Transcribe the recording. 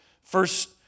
first